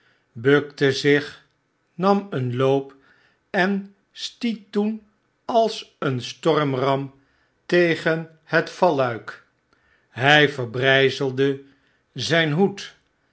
bukte zich nam een loop en stiet toen als een stormram tegen het valluik hij verbryzelde zyn hoed